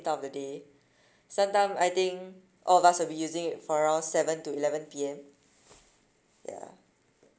time of the day sometime I think all of us will be using it for around seven to eleven P_M ya